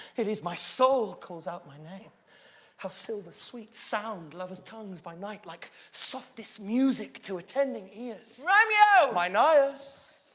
it is my soul calls out my name how silver-sweet sound lovers' tongues by night, like softest music to attending ears! romeo! my nyas?